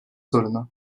sorunu